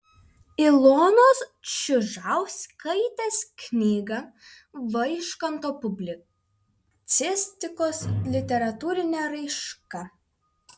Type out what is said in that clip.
ilonos čiužauskaitės knyga vaižganto publicistikos literatūrinė raiška